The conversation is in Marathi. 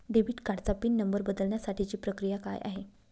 डेबिट कार्डचा पिन नंबर बदलण्यासाठीची प्रक्रिया काय आहे?